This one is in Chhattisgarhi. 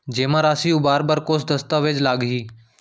जेमा राशि उबार बर कोस दस्तावेज़ लागही?